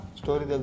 story